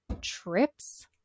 trips